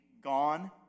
gone